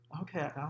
Okay